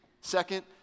Second